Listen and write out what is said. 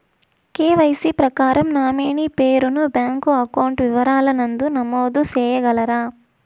KYC ప్రకారం nominee పేరు ను బ్యాంకు అకౌంట్ వివరాల నందు నమోదు సేయగలరా?